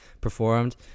performed